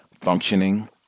functioning